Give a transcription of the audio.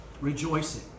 rejoicing